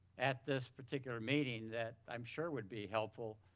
at this particular meeting that i'm sure would be helpful.